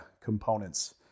components